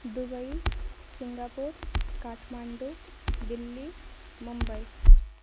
Dubai Singapore Kathmandu Delhi Mumbai